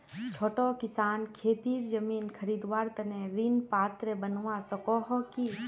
छोटो किसान खेतीर जमीन खरीदवार तने ऋण पात्र बनवा सको हो कि?